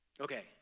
Okay